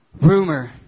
Rumor